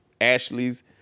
Ashley's